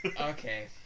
Okay